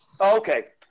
Okay